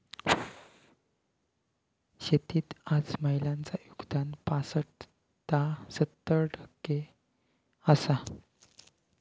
शेतीत आज महिलांचा योगदान पासट ता सत्तर टक्के आसा